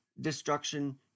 destruction